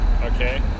okay